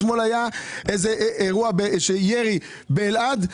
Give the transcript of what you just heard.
אתמול היה אירוע של ירי באלעד.